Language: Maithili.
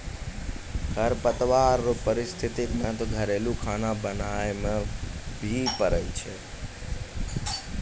खरपतवार रो पारिस्थितिक महत्व घरेलू खाना बनाय मे भी पड़ै छै